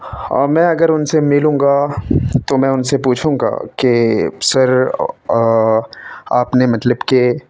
اور میں اگر ان سے ملوں گا تو میں ان سے پوچھوں گا کہ سر آپ نے مطلب کہ